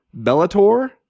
Bellator